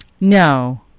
no